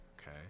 Okay